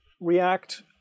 React